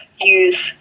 use